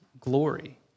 glory